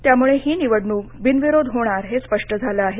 त्यामुळे ही निवडणूक बिनविरोध होणार हे स्पष्ट झालं आहे